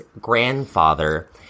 grandfather